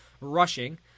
rushing